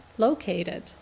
Located